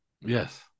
Yes